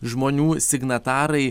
žmonių signatarai